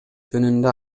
жөнүндө